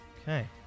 Okay